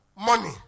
money